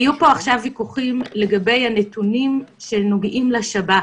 היו פה עכשיו ויכוחים לגבי הנתונים שנוגעים לשב"כ.